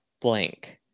blank